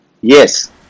yes